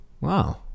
Wow